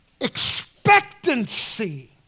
expectancy